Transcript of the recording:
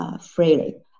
freely